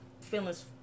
feelings